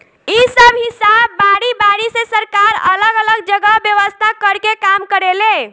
इ सब हिसाब बारी बारी से सरकार अलग अलग जगह व्यवस्था कर के काम करेले